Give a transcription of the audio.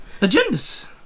agendas